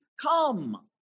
come